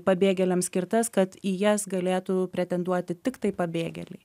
pabėgėliams skirtas kad į jas galėtų pretenduoti tiktai pabėgėliai